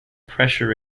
pressure